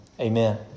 Amen